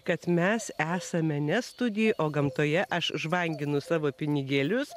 kad mes esame ne studijoje o gamtoje aš žvanginu savo pinigėlius